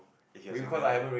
if you are single